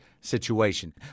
situation